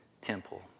temple